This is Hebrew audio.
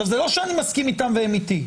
עכשיו זה לא שאני מסכים איתם והם איתי,